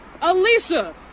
Alicia